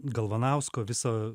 galvanausko viso